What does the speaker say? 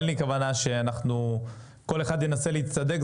אין לי כוונה שכל אחד ינסה להצטדק.